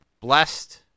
blessed